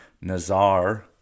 Nazar